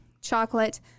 Chocolate